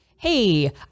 hey